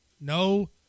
No